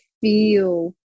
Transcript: feel